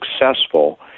successful